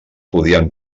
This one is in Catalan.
podien